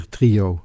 Trio